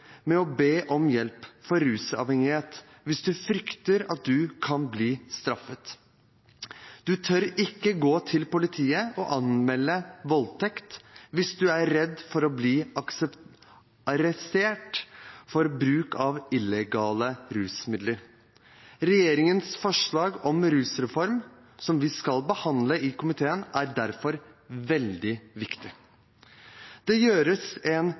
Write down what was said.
med å be om hjelp for rusavhengighet hvis du frykter at du kan bli straffet. Du tør ikke gå til politiet og anmelde voldtekt hvis du er redd for å bli arrestert for bruk av illegale rusmidler.» Regjeringens forslag om rusreform, som vi skal behandle i komiteen, er derfor veldig viktig. Det gjøres en